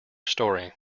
story